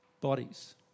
bodies